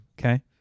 Okay